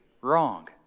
wrong